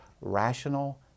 rational